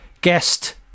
guest